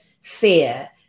fear